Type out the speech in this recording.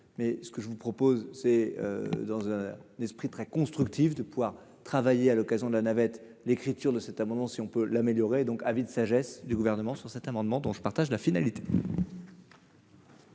mais ce que je vous propose, c'est dans l'esprit très constructif de pouvoir travailler à l'occasion de la navette, l'écriture de cet amendement, si on peut l'améliorer, donc avis de sagesse du gouvernement sur cet amendement dont je partage la finalité.